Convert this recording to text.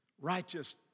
righteous